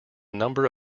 number